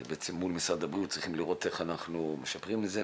זה בעצם מול משרד הבריאות צריכים לראות איך אנחנו משפרים את זה,